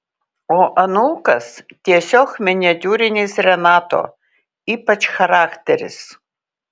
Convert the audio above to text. o anūkas tiesiog miniatiūrinis renato ypač charakteris